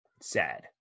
sad